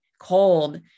cold